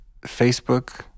Facebook